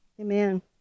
Amen